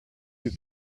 you